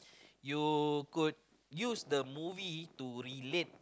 you could use the movie to relate